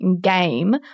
game